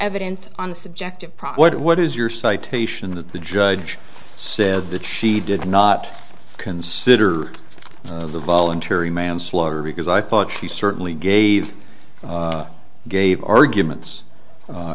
evidence on the subject of prop what what is your citation that the judge said that she did not consider the voluntary manslaughter because i thought she certainly gave gave arguments